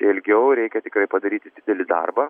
ilgiau reikia tikrai padaryti didelį darbą